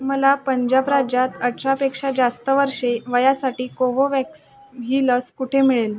मला पंजाब राज्यात अठरापेक्षा जास्त वर्षे वयासाठी कोवोवॅक्स ही लस कुठे मिळेल